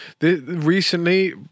recently